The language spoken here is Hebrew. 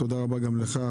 תודה רבה גם לך,